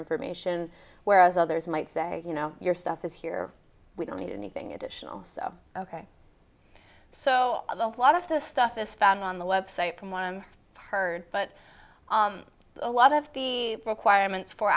information whereas others might say you know your stuff is here we don't need anything additional so ok so the lot of this stuff is found on the web site from one hard but a lot of the requirements for